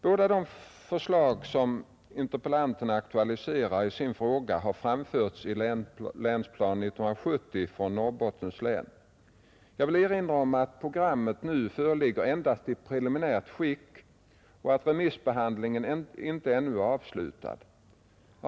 Båda de förslag som interpellanten aktualiserar i sin fråga har framförts i Länsprogram 1970 för Norrbottens län. Jag vill erinra om att programmet nu föreligger endast i preliminärt skick och att remissbehandlingen ännu inte är avslutad.